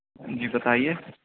جی بتائیے